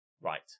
Right